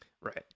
Right